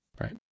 Right